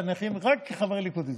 ועל הנכים רק חברי הליכוד יצביעו.